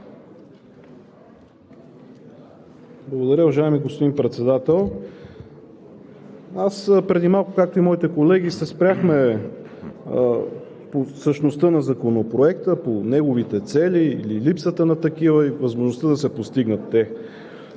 Благодаря, уважаеми господин Председател. Аз преди малко, както и моите колеги се спряхме по същността на Законопроекта, по неговите цели или липсата на такива и възможността да се постигнат те.